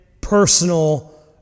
personal